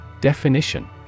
Definition